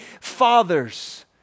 fathers